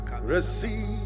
Receive